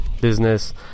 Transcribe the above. business